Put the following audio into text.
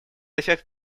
эффект